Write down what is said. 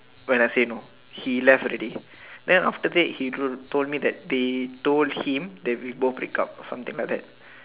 when I say no he left already then after that he told me that they told him we both break up already or something like that